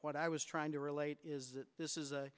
what i was trying to relate is this is a